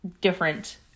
different